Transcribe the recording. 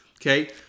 Okay